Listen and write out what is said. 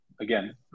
again